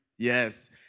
Yes